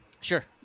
Sure